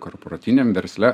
korporatyviniam versle